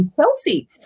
Chelsea